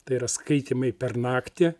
tai yra skaitymai per naktį